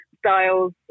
Styles